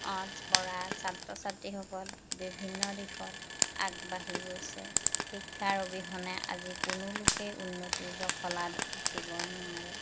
অত পৰা ছাত্ৰ ছাত্ৰীসকল বিভিন্ন দিশত আগবাঢ়ি গৈছে শিক্ষাৰ অবিহনে আজি কোনো লোকেই উন্নতিৰ জখলাত উঠিব নোৱাৰে